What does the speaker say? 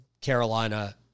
Carolina